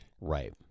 right